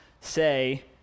say